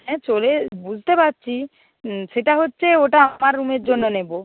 হ্যাঁ চলে বুঝতে পারছি সেটা হচ্ছে ওটা আমার রুমের জন্য নেব